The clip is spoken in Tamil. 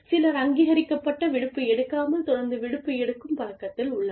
சிலர் அங்கீகரிக்கப்பட்ட விடுப்பு எடுக்காமல் தொடர்ந்து விடுப்பு எடுக்கும் பழக்கத்தில் உள்ளனர்